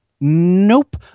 nope